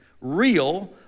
real